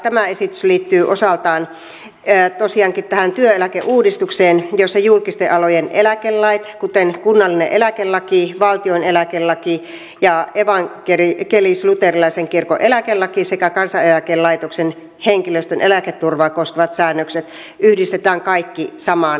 tämä esitys liittyy osaltaan tosiaankin tähän työeläkeuudistukseen jossa julkisten alojen eläkelait kuten kunnallinen eläkelaki valtion eläkelaki ja evankelisluterilaisen kirkon eläkelaki sekä kansaneläkelaitoksen henkilöstön eläketurvaa koskevat säännökset yhdistetään kaikki samaan lakiin